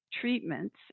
treatments